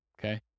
okay